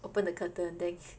open the curtain